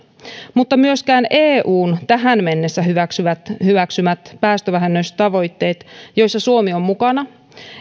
mutta myöskään eun tähän mennessä hyväksymät hyväksymät päästövähennystavoitteet joissa suomi on mukana